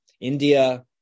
India